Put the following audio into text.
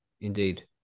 Indeed